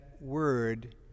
word